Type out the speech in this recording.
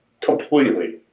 Completely